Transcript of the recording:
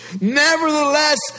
Nevertheless